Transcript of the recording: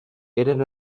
eren